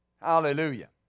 Hallelujah